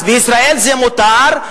אז בישראל זה מותר,